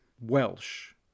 Welsh